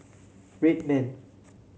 Red Man